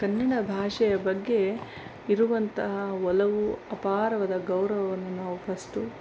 ಕನ್ನಡ ಭಾಷೆಯ ಬಗ್ಗೆ ಇರುವಂತಹ ಒಲವು ಅಪಾರವಾದ ಗೌರವವನ್ನು ನಾವು ಫಸ್ಟು